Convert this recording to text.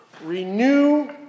Renew